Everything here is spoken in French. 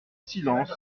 silence